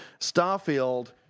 Starfield